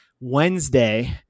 Wednesday